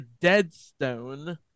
Deadstone